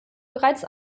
bereits